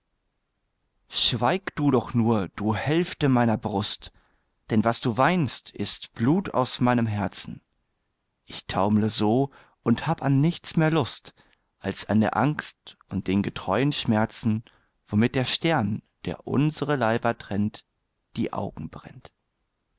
schweig du doch nur du hälfte meiner brust denn was du weinst ist blut aus meinem herzen ich taumle so und hab an nichts mehr lust als an der angst und den getreuen schmerzen womit der stern der unsre leiber trennt die augen brennt